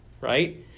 right